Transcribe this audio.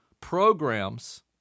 programs